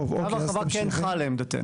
צו ההרחבה כן לעמדתנו.